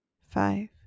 five